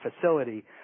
facility